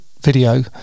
video